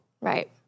Right